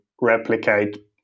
replicate